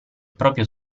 proprio